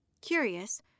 Curious